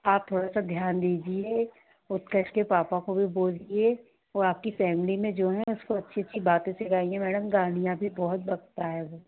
आप थोड़ा सा ध्यान दीजिए उत्कर्ष के पापा को भी बोलिए वो आपकी फैमिली में जो है उसको अच्छी अच्छी बातें सिखाएंगे मैडम गालियाँ भी बहुत बकता है वो